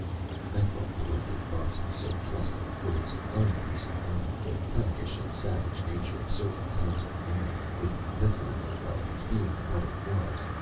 thank the lord that bubs was so trusting, for his own peace of mind the prankish and savage nature of certain kinds of men, with liquor in their bellies, being what it was.